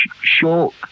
short